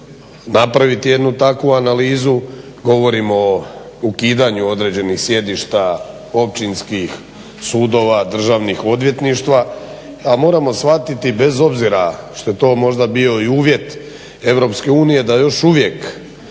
napraviti jednu takvu analizu. Govorimo o ukidanju određenih sjedišta općinskih sudova, državnih odvjetništva, a moramo shvatiti bez obzira što je to možda bio i uvjet EU da još uvijek